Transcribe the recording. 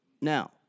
Now